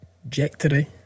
trajectory